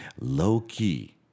low-key